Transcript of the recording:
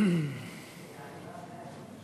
אין שר באולם?